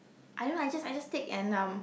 I don't know I just I just take and um